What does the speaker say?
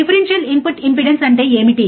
differential input impedance అంటే ఏమిటి